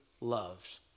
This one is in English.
loved